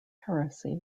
heresy